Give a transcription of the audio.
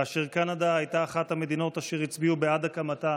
כאשר קנדה הייתה אחת המדינות אשר הצביעו בעד הקמתה